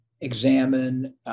examine